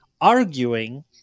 arguing